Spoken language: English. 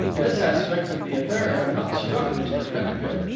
this aspect of the affair had not struck mr. pennicut.